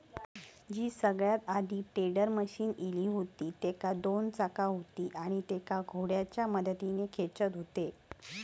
जी सगळ्यात आधी tedder machine इली हुती तेका दोन चाका हुती आणि तेका घोड्याच्या मदतीन खेचत हुते